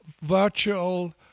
virtual